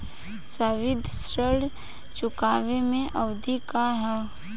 सावधि ऋण चुकावे के अवधि का ह?